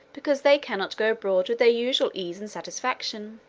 because they cannot go abroad with their usual ease and satisfaction.